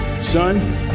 son